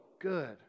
good